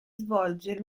svolge